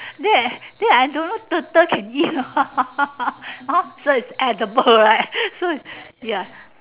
there there I don't know turtle can eat hor hor so it's edible right so it's ya